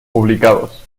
publicados